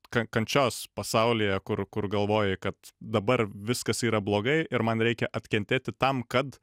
ka kančios pasaulyje kur kur galvoji kad dabar viskas yra blogai ir man reikia atkentėti tam kad